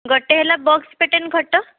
ଗୋଟେହେଲା box fitting ଖଟ